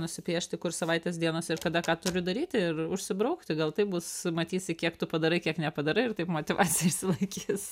nusipiešti kur savaitės dienas ir kada ką turiu daryti ir užsibraukti gal taip bus matysi kiek tu padarai kiek nepadarai ir taip motyvacija išsilaikys